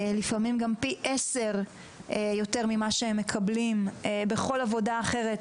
לפעמים גם פי עשרה יותר ממה שהם מקבלים בכל עבודה אחרת,